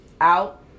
Out